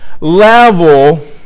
level